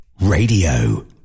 Radio